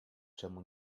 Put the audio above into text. czemu